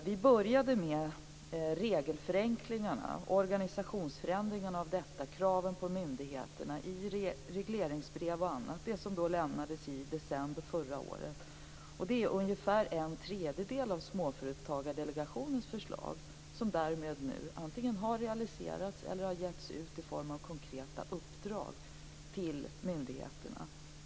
Vi började med regelförenklingarna, organisationsförändringarna av detta och kraven på myndigheterna i regleringsbrev och annat, dvs. det som lämnades i december förra året, och det är ungefär en tredjedel av Småföretagsdelegationens förslag som därmed nu antingen har realiserats eller har getts ut i form av konkreta uppdrag till myndigheterna.